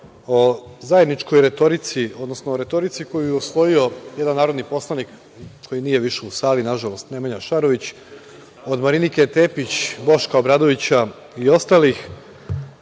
o zajedničkoj retorici, odnosno o retorici koju je usvojio jedan narodni poslanik, koji nije više u sali, nažalost, Nemanja Šarović, od Marinike Tepić, Boška Obradovića i ostalih,